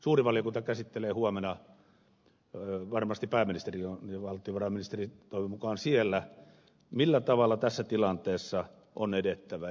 suuri valiokunta käsittelee huomenna sitä varmasti pääministeri ja valtiovarainministeri toivon mukaan ovat siellä millä tavalla tässä tilanteessa on edettävä